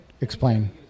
Explain